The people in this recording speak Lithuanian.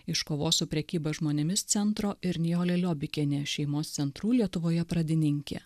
iš kovos su prekyba žmonėmis centro ir nijolė liobikienė šeimos centrų lietuvoje pradininkė